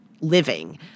living